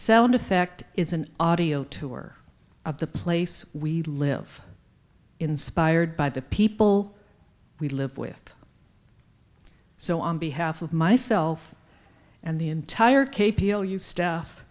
sound effect is an audio tour of the place we live inspired by the people we live with so on behalf of myself and the entire k p l u staff